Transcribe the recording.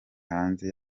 hanze